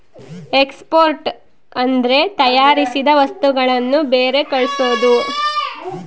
export ಅಂದ್ರೆ ತಯಾರಿಸಿದ ವಸ್ತುಗಳನ್ನು ಬೇರೆ ಕಳ್ಸೋದು